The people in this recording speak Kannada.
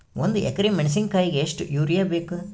ಒಂದ್ ಎಕರಿ ಮೆಣಸಿಕಾಯಿಗಿ ಎಷ್ಟ ಯೂರಿಯಬೇಕು?